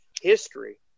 history